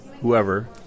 whoever